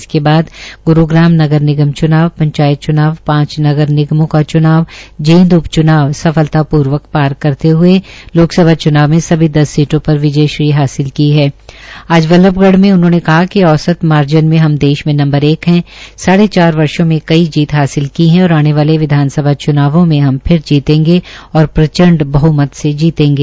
इसके बाद गुरुग्राम नगर निगम च्नाव पंचायत च्नाव पांच नगर निगमों का च्नाव जींद उपच्नाव सफलतापूर्वक पार करते हुए हमने लोक सभा च्नाव में सभी दस सीटों पर विजयश्री हासिल की है आज बल्लभगढ़ में उन्होंने कहा कि औसत मार्जन में हम देश में नंबर एक हण साढ़े चार वर्षो में कई जीत हासिल की ह और आने वाले विधानसभा चुनावों में हम फिर जीतेंगे और प्रचंड बहमत से जीतेंगे